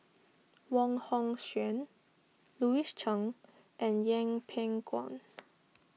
Wong Hong Suen Louis Chen and Yeng Pway Ngon